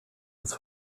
was